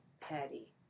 petty